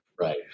Right